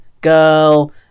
girl